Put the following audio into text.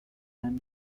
san